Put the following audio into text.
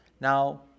Now